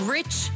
Rich